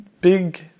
big